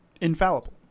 infallible